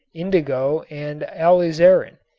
indigo and alizarin,